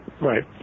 Right